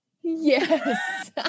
Yes